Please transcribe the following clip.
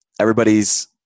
everybody's